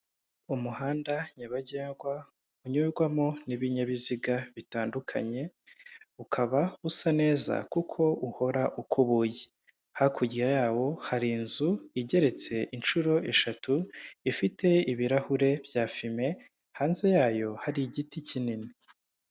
Umuhanda nyabagendwa unyurwamo n'ibinyabiziga bitandukanye ukaba usa neza kuko uhora ukubuye, hakurya yawo hari inzu igeretse inshuro eshatu ifite ibirahure bya fime, hanze yayo hari igiti kinini.